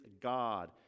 God